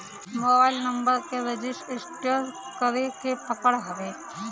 mobile number के register करे के पड़त हवे